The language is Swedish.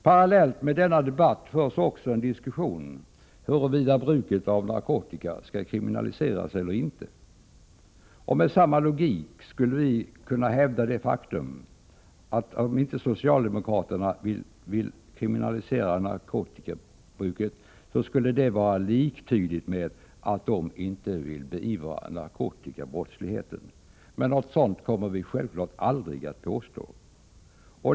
Parallellt med denna debatt förs också en diskussion om huruvida bruk av narkotika skall kriminaliseras eller inte. Med samma logik skulle vi kunna hävda det faktum att om inte socialdemokraterna vill kriminalisera narkotikabruket skulle det vara liktydigt med att de inte vill beivra narkotikabrottsligheten. Något sådant kommer vi självfallet aldrig att påstå.